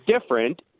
different